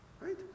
right